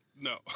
no